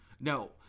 No